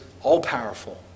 all-powerful